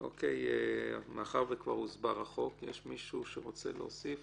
אושר פה אחד.